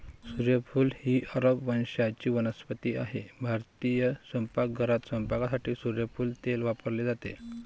सूर्यफूल ही अरब वंशाची वनस्पती आहे भारतीय स्वयंपाकघरात स्वयंपाकासाठी सूर्यफूल तेल वापरले जाते